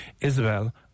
Isabel